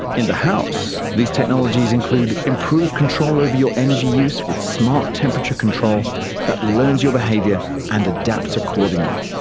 in the house, these technologies include improved control over your energy use with smart temperature control that learns your behaviour and adapts accordingly.